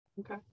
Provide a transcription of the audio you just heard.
Okay